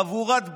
חבורת בריונים,